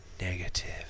Negative